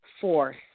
force